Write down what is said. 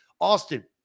Austin